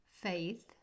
faith